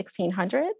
1600s